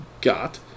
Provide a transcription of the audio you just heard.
got